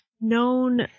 known